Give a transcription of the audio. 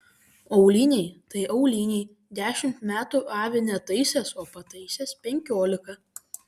auliniai tai auliniai dešimt metų avi netaisęs o pataisęs penkiolika